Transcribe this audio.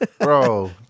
Bro